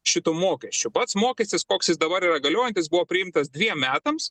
šitu mokesčiu pats mokestis koks jis dabar galiojantis buvo priimtas dviem metams